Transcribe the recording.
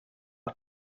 but